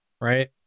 right